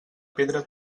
pedra